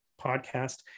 podcast